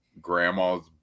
grandma's